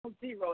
zero